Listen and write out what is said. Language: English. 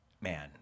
man